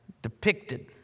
depicted